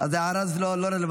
אז ההערה הזאת לא רלוונטית.